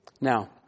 Now